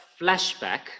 flashback